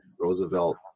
Roosevelt